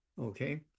okay